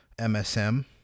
MSM